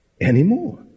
anymore